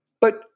But-